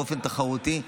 באופן תחרותי,